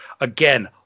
Again